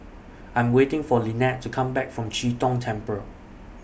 I'm waiting For Linette to Come Back from Chee Tong Temple